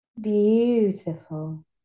Beautiful